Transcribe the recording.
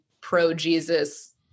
pro-jesus